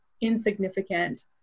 insignificant